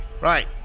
Right